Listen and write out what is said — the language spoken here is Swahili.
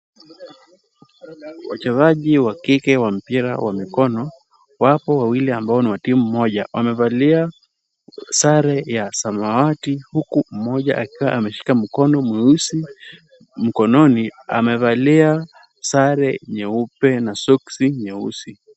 Wachezaji wa kike wa mpira wa mikono, wapo wawili ambao ni wa timu moja. Wamevalia sare ya samawati, huu mmoja akiwa ameshika mkono mweusi mkononi. Amevalia sare nyeupe na soksi nyeusi.